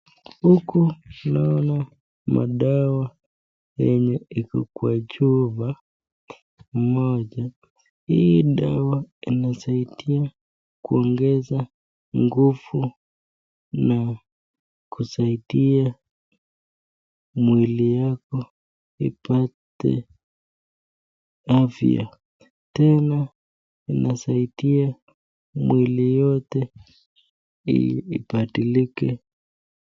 Huku naona madawa yenye iko kwa chupha moja hii dawa inasaidia kuongeza nguvu na kusaidia mwili yako ipathe afya tena inasaidia mwili yote i ibadilike